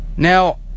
Now